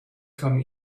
come